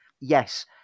Yes